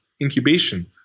incubation